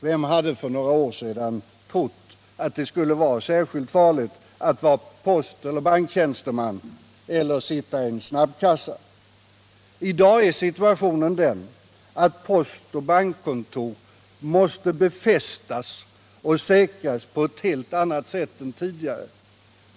Vem hade för några år sedan trott att det skulle vara särskilt farligt att vara bankeller posttjänsteman eller sitta i snabbköpskassa? I dag är situationen den att postoch bankkontor måste befästas och säkras på ett helt annat sätt än tidigare.